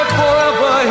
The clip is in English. forever